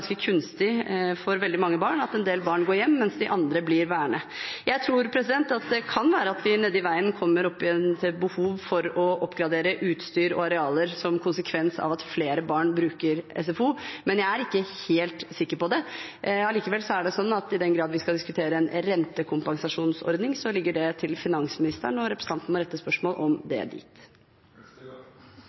kunstig for veldig mange barn – en del barn går hjem, mens de andre blir værende. Jeg tror at vi nedi veien kan få behov for å oppgradere utstyr og arealer, som en konsekvens av at flere barn bruker SFO, men jeg er ikke helt sikker på det. Og i den grad vi skal diskutere en rentekompensasjonsordning, så ligger det til finansministeren, og representanten må rette spørsmål om det dit.